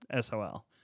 SOL